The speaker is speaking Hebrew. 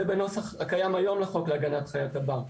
זה בנוסח הקיים היום בחוק להגנת חיית הבר.